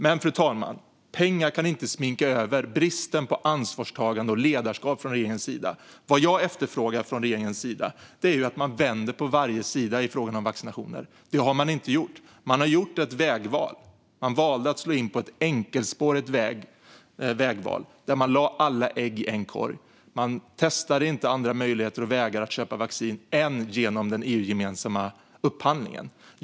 Men, fru talman, pengar kan inte sminka över bristen på ansvarstagande och ledarskap från regeringens sida. Vad jag efterfrågar från regeringen är att man vänder på varje sten i frågan om vaccinationer. Det har man inte gjort. Man har gjort ett vägval. Man gjorde ett enkelspårigt vägval där man lade alla ägg i en korg. Man testade inte andra möjligheter och vägar att köpa vaccin utöver den EU-gemensamma upphandlingen.